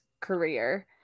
career